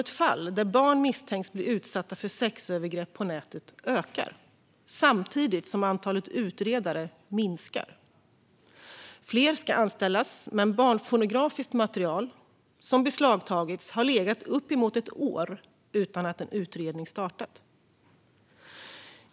Fler ska anställas. Men barnpornografiskt material som beslagtagits har legat uppemot ett år utan att en utredning har startat.